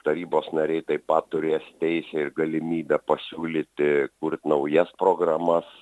tarybos nariai taip pat turės teisę ir galimybę pasiūlyti kurt naujas programas